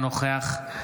נוכח